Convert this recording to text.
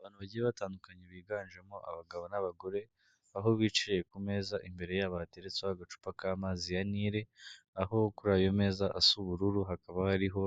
Abantu bagiye batandukanye biganjemo abagabo n'abagore, aho bicaye ku meza imbere yabo bateretseho agacupa k'amazi ya Nile, aho kuri ayo meza asa ubururu hakaba hariho